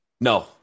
No